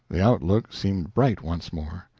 the outlook seemed bright once more.